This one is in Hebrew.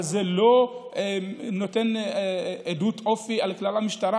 אבל זה לא נותן עדות אופי על כלל המשטרה,